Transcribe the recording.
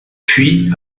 puis